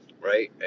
right